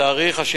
בתאריך 2